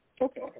Okay